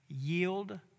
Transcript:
Yield